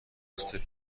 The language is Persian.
مثل